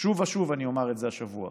ושוב ושוב אני אומר את זה השבוע,